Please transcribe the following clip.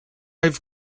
have